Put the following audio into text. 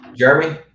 Jeremy